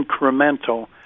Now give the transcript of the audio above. incremental